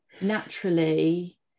naturally